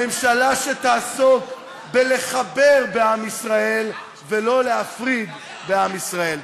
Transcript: ממשלה שתעסוק בלחבר בעם ישראל ולא להפריד בעם ישראל.